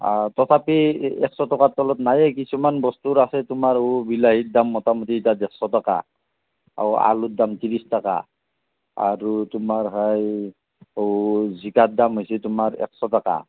তথাপি এ একশ টকাৰ তলত নায়েই কিছুমান বস্তুৰ আছে তোমাৰ সেই বিলাহীৰ দাম মোটামুটি এতিয়া ডেৰশ টকা আৰু আলুৰ দাম ত্ৰিছ টকা আৰু তোমাৰ হয় এই আৰু জিকাৰ দাম হৈছে তোমাৰ এশ টকা